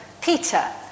Peter